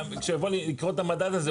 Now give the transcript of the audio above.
מי שיבוא לקרוא את המדד הזה,